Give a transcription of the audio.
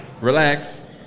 Relax